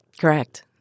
Correct